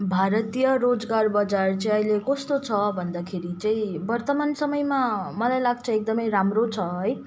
भारतीय रोजगार बजार चाहिँ अहिले कस्तो छ भन्दाखेरि चाहिँ वर्तामान समयमा मलाई लाग्छ एकदमै राम्रो छ है